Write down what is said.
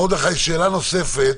מרדכי, שאלה נוספת,